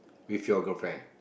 with your girlfriend